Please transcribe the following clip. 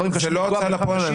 זה לא הוצאה לפועל.